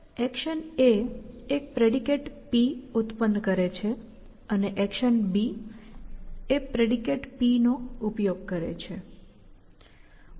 action a એક predicate P ઉત્પન્ન કરે છે અને એક્શન b એ પ્રેડિકેટ P નો વપરાશ કરે છે